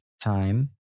time